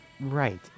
Right